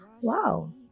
Wow